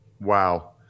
Wow